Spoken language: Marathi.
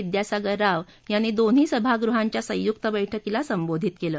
विद्यासागर राव यांनी दोन्ही सभागृहांच्या संयुक्त बैठकीला संबोधित केलं